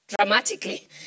dramatically